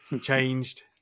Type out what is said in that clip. changed